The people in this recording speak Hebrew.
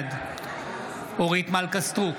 בעד אורית מלכה סטרוק,